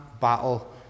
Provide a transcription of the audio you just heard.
battle